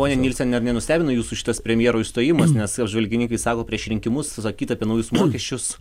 ponia nielsen ar nenustebino jūsų šitas premjero išstojimas nes apžvalgininkai sako prieš rinkimus sakyta apie naujus mokesčius